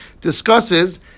discusses